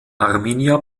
arminia